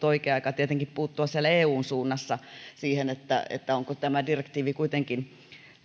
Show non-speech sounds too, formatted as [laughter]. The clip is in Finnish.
[unintelligible] oikea aika tietenkin puuttua siellä eun suunnassa siihen että onko tämä direktiivi kuitenkin